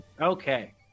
Okay